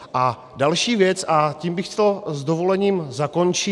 A další věc, a tím bych to s dovolením zakončil.